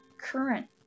current